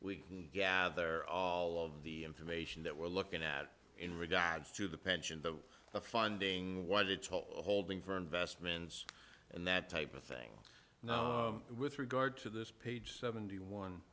we can gather all of the information that we're looking at in regards to the pension the funding holding for investments and that type of thing now with regard to this page seventy one